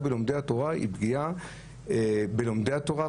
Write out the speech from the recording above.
בלומדי התורה היא פגיעה בלומדי התורה,